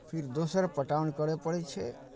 फिर दोसर पटौन करय पड़ै छै